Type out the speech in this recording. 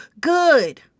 Good